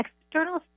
external